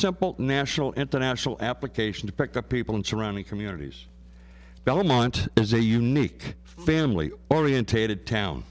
simple national international application to pick up people in surrounding communities belmont is a unique family orientated town